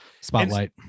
spotlight